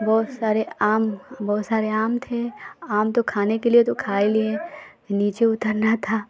बहुत सारे आम बहुत सारे आम थे आम तो खाने के लिए तो खाए लिए नीचे उतरना था